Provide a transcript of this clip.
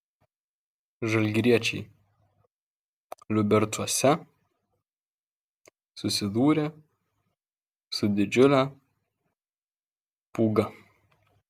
žalgiriečiai liubercuose susidūrė su didžiule pūga